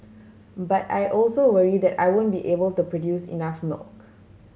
but I also worry that I won't be able to produce enough milk